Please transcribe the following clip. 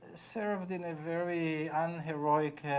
served in a very unheroic